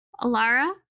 Alara